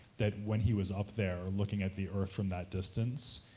that when he was up there, looking at the earth from that distance,